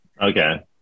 Okay